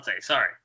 Sorry